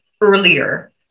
earlier